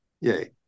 yay